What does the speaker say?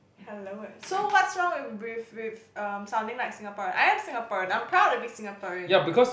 hello so what's wrong with with with err sounding like Singaporean I am Singaporean I'm proud to be Singaporean